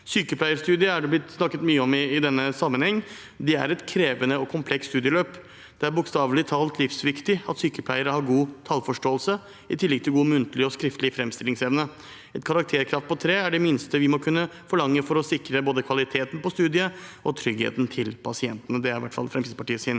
Sykepleierstudiet er det blitt snakket mye om i denne sammenheng. Det er et krevende og komplekst studieløp. Det er bokstavelig talt livsviktig at sykepleiere har god tallforståelse, i tillegg til god muntlig og skriftlig framstillingsevne. Et karakterkrav på tre er det minste vi må kunne forlange for å sikre både kvaliteten på studiet og tryggheten til pasientene – det er i hvert fall Fremskrittspartiets